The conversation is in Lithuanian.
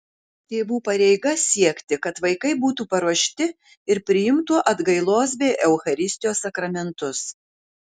tėvų pareiga siekti kad vaikai būtų paruošti ir priimtų atgailos bei eucharistijos sakramentus